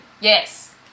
Yes